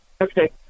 Okay